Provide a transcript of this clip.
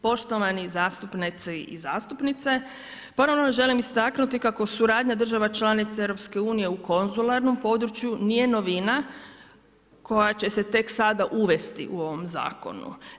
Poštovani zastupnici i zastupnice, ponovno želim istaknuti kako suradnja država članica EU-a u konzularnom području nije novina koja će se tek sada uvesti u ovom zakonu.